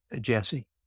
Jesse